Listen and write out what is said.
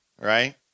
right